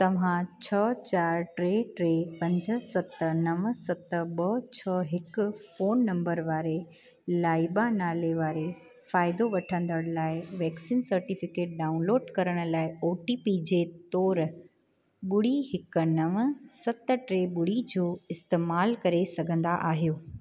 तव्हां छह चारि टे टे पंज सत नव सत ॿ छह हिकु फोन नंबर वारे लाइबा नाले वारे फ़ाइदो वठंदड़ लाइ वैक्सीन सटिफिकेट डाउनलोड करण लाइ ओटीपी जे तौरु ॿुड़ी हिकु नव सत ट्रे ॿुड़ी जो इस्तेमालु करे सघंदा आहियो